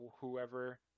whoever